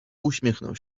uśmiechnął